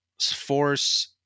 Force